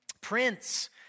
Prince